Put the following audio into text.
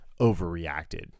overreacted